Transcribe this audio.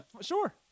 sure